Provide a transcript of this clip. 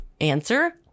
Answer